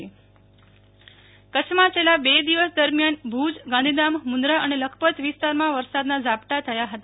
Nehal Thakkar Kutch વરસાદ કચ્છમાં છેલ્લા બે દિવસ દરમિયાન ભુજ ગાંધીધામ મુન્દ્રા અને લખપતવિસ્તારમાં વરસાદના ઝાપટા થયા હતા